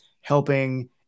helping